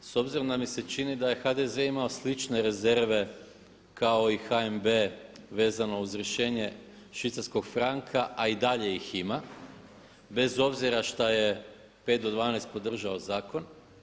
S obzirom da mi se čini da je HDZ imao slične rezerve kao i HNB vezano uz rješenje švicarskog franka a i dalje ih ima bez obzira što je 5 do 12 podržao zakon.